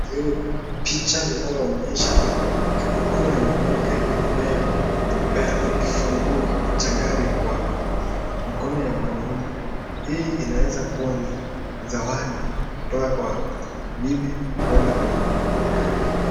Hili ni picha linaloonyesha mkono ya mwanamke inayopeana kifunguo cha gari kwa mkono ya mwanaume. Hii inaweza kuwa ni zawadi kutoka kwa bibi kwenda kwa bwana yake.